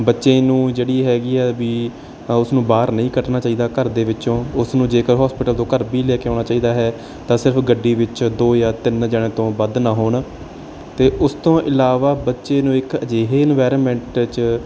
ਬੱਚੇ ਨੂੰ ਜਿਹੜੀ ਹੈਗੀ ਆ ਵੀ ਉਸ ਨੂੰ ਬਾਹਰ ਨਹੀਂ ਕੱਢਣਾ ਚਾਹੀਦਾ ਘਰ ਦੇ ਵਿੱਚੋਂ ਉਸ ਨੂੰ ਜੇਕਰ ਹੋਸਪਿਟਲ ਤੋਂ ਘਰ ਵੀ ਲੈ ਕੇ ਆਉਣਾ ਚਾਹੀਦਾ ਹੈ ਤਾਂ ਸਿਰਫ ਗੱਡੀ ਵਿੱਚ ਦੋ ਜਾਂ ਤਿੰਨ ਜਣਿਆਂ ਤੋਂ ਵੱਧ ਨਾ ਹੋਣ ਅਤੇ ਉਸ ਤੋਂ ਇਲਾਵਾ ਬੱਚੇ ਨੂੰ ਇੱਕ ਅਜਿਹੇ ਇਨਵਾਇਰਮੈਂਟ 'ਚ